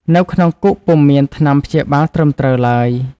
នៅក្នុងគុកពុំមានថ្នាំព្យាបាលត្រឹមត្រូវឡើយ។